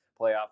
playoff